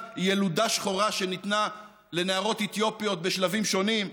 ילודה שחורה שניתנה לנערות אתיופיות בשלבים שונים?